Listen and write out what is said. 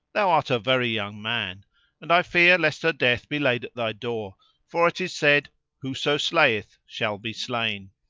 thou art a very young man and i fear lest her death be laid at thy door for it is said whoso slayeth shall be slain.